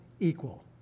equal